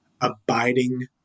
abiding